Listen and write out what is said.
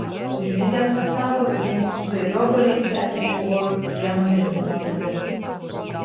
užmigęs sapnavo rudenį su gaiviu obuoliais kvepiančiu oru ir plieno mėlynumo dangum